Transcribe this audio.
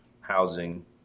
housing